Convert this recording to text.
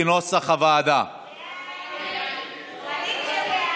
קבוצת סיעת יש עתיד-תל"ם וקבוצת סיעת